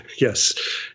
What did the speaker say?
Yes